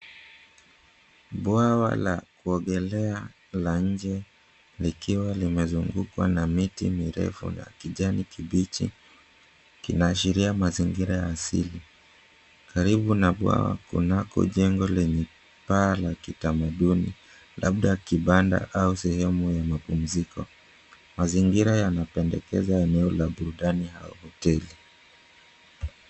Bwawa la kuogelea la njee likiwa limezungukwa na miti mirefu na kijani kibichi kinaashiria mazingira asili. Karibu na bwawa kuna jengo lenye paa ya kitamaduni labda kibanda au sehemu ya mapumziko. Mazingira yanapendekeza eneo la burudani au hoteli.